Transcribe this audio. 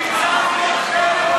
נתקבלה.